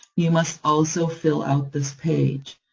you must also fill out this page.